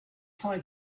side